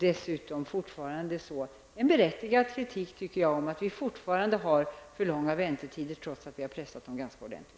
Dessutom är kritiken mot att vi fortfarande har för långa väntetider berättigad, trots att vi har pressat ned dem ganska ordentligt.